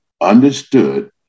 understood